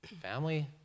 family